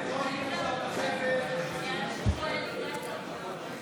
אם כן, להלן תוצאות ההצבעה: